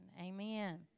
Amen